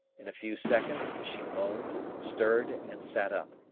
in a few seconds she moaned, stirred, and sat up.